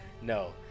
no